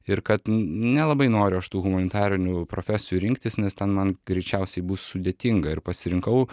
ir kad nelabai noriu aš tų humanitarinių profesijų rinktis nes ten man greičiausiai bus sudėtinga ir pasirinkau